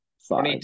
five